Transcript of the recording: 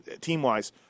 team-wise